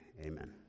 amen